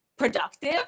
productive